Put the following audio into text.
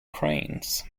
cranes